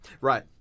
Right